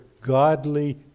godly